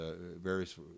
various